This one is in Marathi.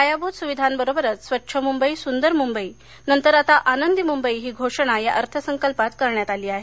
पायाभुत सुविधांबरोबरच स्वच्छ मुंबई सुंदर मुंबई नंतर आता आनंदी मुंबई ही घोषणा अर्थसंकल्पात करण्यात आली आहे